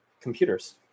computers